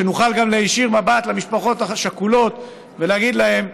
שנוכל גם להישיר מבט למשפחות השכולות ולהגיד להן: